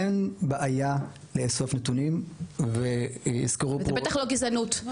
אין בעיה לאסוף נתונים --- וזה בטח לא גזענות.